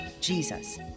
Jesus